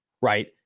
right